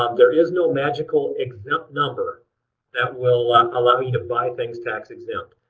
um there is no magical exempt number that will ah allow you to buy things tax exempt.